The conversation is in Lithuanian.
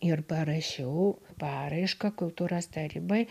ir parašiau paraišką kultūros tarybai